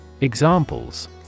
Examples